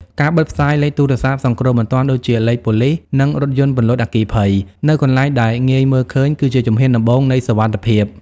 ការបិទផ្សាយ លេខទូរស័ព្ទសង្គ្រោះបន្ទាន់ ដូចជាលេខប៉ូលីស និងរថយន្តពន្លត់អគ្គិភ័យ នៅកន្លែងដែលងាយមើលឃើញ គឺជាជំហានដំបូងនៃសុវត្ថិភាព។